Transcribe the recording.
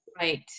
Right